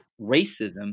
racism